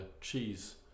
cheese